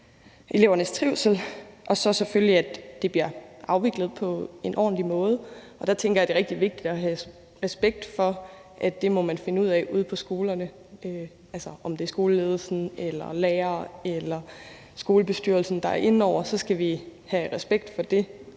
elevernes trivsel, og så er det selvfølgelig vigtigt, at det bliver afviklet på en ordentlig måde, og der tænker jeg, at det er rigtig vigtigt at have respekt for, at det må man finde ud af ude på skolerne. Hvad end det er skoleledelsen, lærerne eller skolebestyrelsen, der er inde over, så skal vi have respekt for det